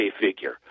figure